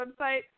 website